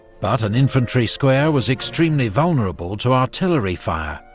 but an infantry square was extremely vulnerable to artillery fire,